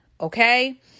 Okay